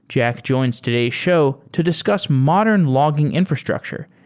jack joins today's show to discuss modern logging infrastructure,